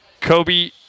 Kobe